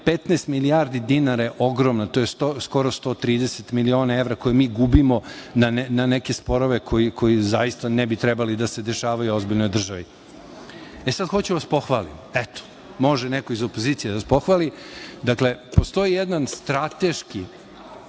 15 milijardi dinara je ogromno. To je skoro 130 miliona evra koje mi gubimo na neke sporove koji ne bi trebali da se dešavaju u ozbiljnoj državi. Sad hoću da vas pohvalim, eto, može neko iz opozicije da vas pohvali. Dakle, postoji jedan strateški